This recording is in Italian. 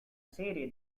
serie